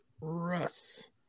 Russ